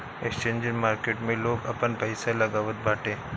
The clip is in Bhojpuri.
एक्सचेंज मार्किट में लोग आपन पईसा लगावत बाटे